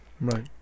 Right